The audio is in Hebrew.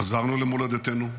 חזרנו למולדתנו,